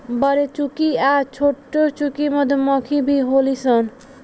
बरेचुकी आ छोटीचुकी मधुमक्खी भी होली सन